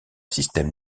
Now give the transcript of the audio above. système